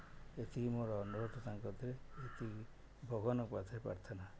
ଏତିକି ମୋର ଅନୁରୋଧ ତାଙ୍କ ପାଖରେ ଏତିକି ଭଗବାନଙ୍କ ପାଖରେ ପ୍ରାର୍ଥନା